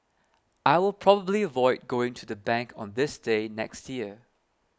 I will probably avoid going to the bank on this day next year